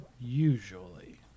usually